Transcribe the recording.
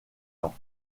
temps